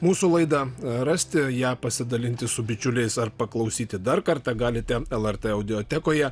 mūsų laida rasti ją pasidalinti su bičiuliais ar paklausyti dar kartą galite lrt audiotekoje